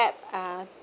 uh